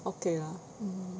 okay lah mm